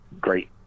great